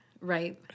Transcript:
right